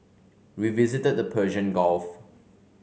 we visited the Persian Gulf